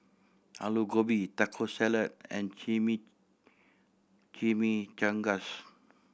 Alu Gobi Taco Salad and Chimi Chimichangas